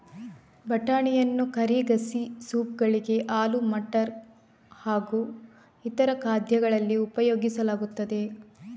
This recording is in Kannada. ಬಟಾಣಿಯನ್ನು ಕರಿ, ಗಸಿ, ಸೂಪ್ ಗಳಿಗೆ, ಆಲೂ ಮಟರ್ ಹಾಗೂ ಇತರ ಖಾದ್ಯಗಳಲ್ಲಿ ಉಪಯೋಗಿಸಲಾಗುತ್ತದೆ